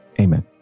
amen